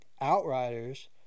Outriders